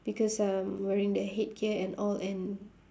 because um wearing the headgear and all and